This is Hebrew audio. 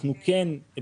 אנחנו כן נגיד